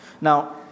Now